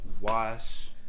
wash